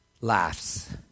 laughs